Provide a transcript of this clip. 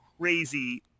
crazy